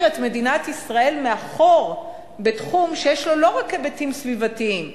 את מדינת ישראל מאחור בתחום שיש לו לא רק היבטים סביבתיים,